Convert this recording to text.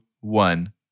One